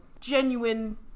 Genuine